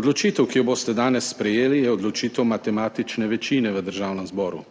Odločitev, ki jo boste danes sprejeli, je odločitev matematične večine v Državnem zboru.